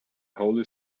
holy